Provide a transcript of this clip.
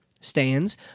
stands